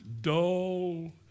dull